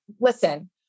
listen